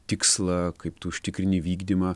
tikslą kaip tu užtikrini vykdymą